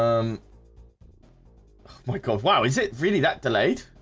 um wake up wow, is it really that delayed?